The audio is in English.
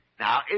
Now